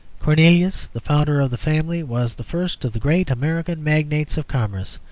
cornelius, the founder of the family, was the first of the great american magnates of commerce.